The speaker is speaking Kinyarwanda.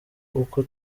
uko